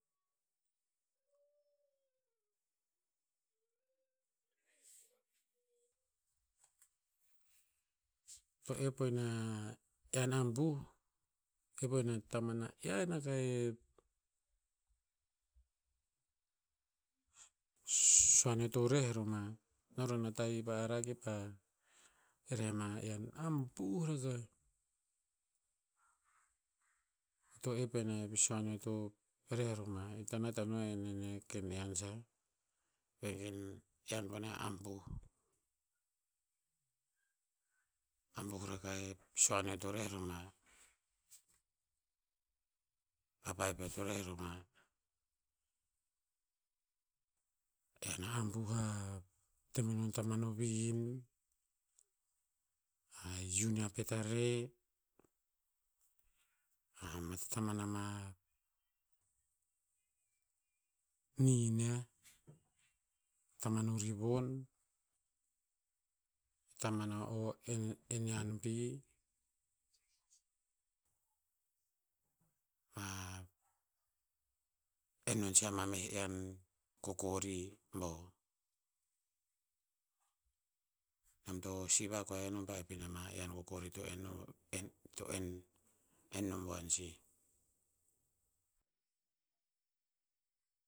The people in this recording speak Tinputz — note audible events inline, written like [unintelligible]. To ep o ina ian abuh, ep o ina tataman na ian aka e suan neo to reh roma. No rona tahi pa ara kipa reh ma ian abuh rakah. To ep o inia pe suan neo to reh roma eo hikta nat ano a henan niah ken ian sah. Ian bone abuh. Abuh rakah e suan neo to reh roma. Papai peo to reh roma. Ian a abuh vahat te menon o taman o vihin, a hiun nia pet a re, ma taman ama nihin niah. Tama o rivon. Taman o o enean pi. Pa en non si a mameh ian kokori bo. Nom to sivak ko yiah ke nom pa ep ino ma ian kokori to en no <. [unintelligible] > en no buan sih